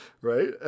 right